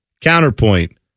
counterpoint